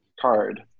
card